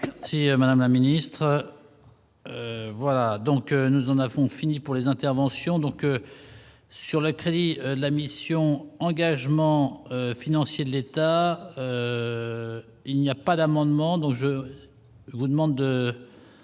Si Madame la ministre, voilà donc nous en avons fini pour les interventions donc. Sur le crédit, la mission engagement financier de l'État, il n'y a pas d'amendement dont je vous demande de